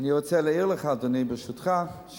אני רוצה להעיר לך, אדוני, ברשותך.